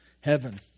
heaven